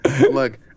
Look